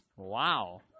Wow